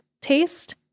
taste